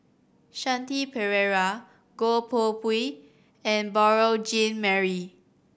Shanti Pereira Goh Koh Pui and Beurel Jean Marie